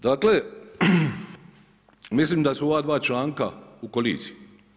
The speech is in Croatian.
Dakle mislim da su ova dva članka u koliziji.